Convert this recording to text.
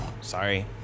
sorry